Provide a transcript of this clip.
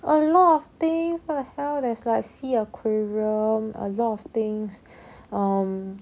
a lot of things what the hell there's like sea aquarium a lot of things um